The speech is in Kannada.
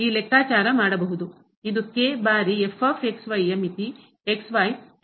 ಇದು ಬಾರಿ ಯ ಮಿತಿ ಗೆ ಹೋದಾಗ ಆಗಿರುತ್ತದೆ